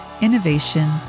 innovation